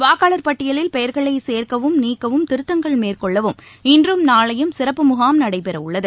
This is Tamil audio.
வாக்காளர் பட்டியலில் பெயர்களைசேர்க்கவும் நீக்கவும் திருத்தங்கள் மேற்கொள்ளவும் இன்றும் நாளையும் சிறப்பு முகாம் நடைபெறவுள்ளது